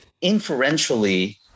inferentially